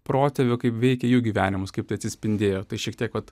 protėvių kaip veikia jų gyvenimus kaip tai atsispindėjo tai šiek tiek vat